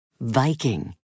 Viking